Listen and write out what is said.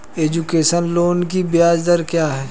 Education loan की ब्याज दर क्या है?